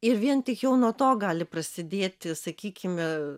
ir vien tik jau nuo to gali prasidėti sakykime